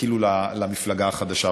כאילו למפלגה החדשה.